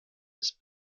ist